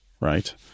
right